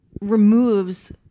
removes